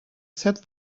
sat